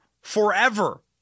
forever